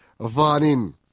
Vanin